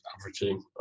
averaging